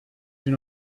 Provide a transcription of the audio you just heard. you